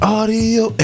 Audio